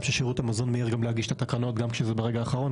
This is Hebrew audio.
וששירות המזון מיהר להגיש את התקנות גם כשזה ברגע האחרון,